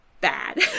bad